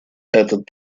этот